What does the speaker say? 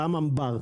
גם אמבר,